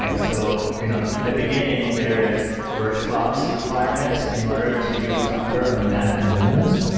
like so you know in the beginning there're virtual box requirements in order to use docker on mac and windows,